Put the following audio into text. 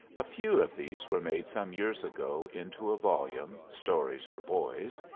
a few of these were made some years ago into a volume, stories for boys,